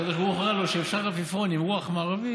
הקדוש ברוך הוא הראה לו שאפשר בעפיפון עם רוח מערבית